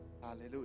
Hallelujah